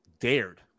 dared